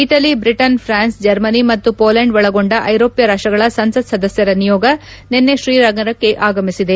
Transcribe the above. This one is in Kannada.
ಇಟಲಿ ಬ್ರಿಟನ್ ಪ್ರಾನ್ಸ್ ಜರ್ಮನಿ ಮತ್ತು ಪೋಲೆಂಡ್ ಒಳಗೊಂಡ ಐರೋಪ್ನ ರಾಷ್ನಗಳ ಸಂಸತ್ ಸದಸ್ನರ ನಿಯೋಗ ನಿನ್ನೆ ತ್ರೀನಗರಕ್ಕೆ ಆಗಮಿಸಿದೆ